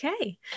Okay